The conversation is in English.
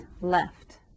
left